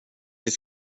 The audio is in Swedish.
till